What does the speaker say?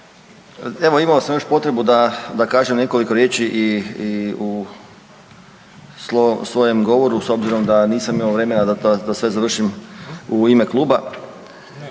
Evo imao sam još potrebu da kažem nekoliko riječi i u svojem govoru s obzirom da nisam imao vremena da sve završim u ime kluba.